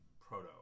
proto